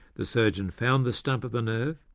the surgeon found the stump of the nerve,